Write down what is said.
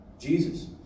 Jesus